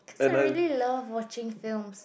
so really love watching films